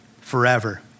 forever